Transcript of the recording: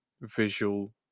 visual